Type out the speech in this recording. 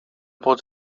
bod